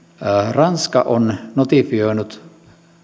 ranska on notifioinut